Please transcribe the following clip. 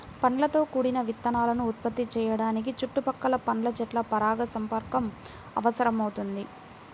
పండ్లతో కూడిన విత్తనాలను ఉత్పత్తి చేయడానికి చుట్టుపక్కల పండ్ల చెట్ల పరాగసంపర్కం అవసరమవుతుంది